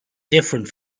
different